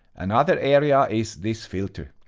another area is this filter.